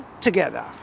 together